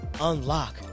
unlock